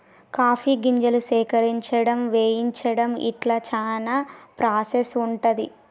coffee గింజలు సేకరించడం వేయించడం ఇట్లా చానా ప్రాసెస్ ఉంటది